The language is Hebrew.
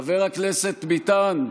חבר הכנסת ביטן,